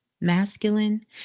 masculine